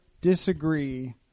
disagree